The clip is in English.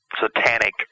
satanic